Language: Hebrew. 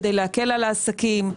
כדי להקל על העסקים.